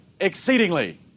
exceedingly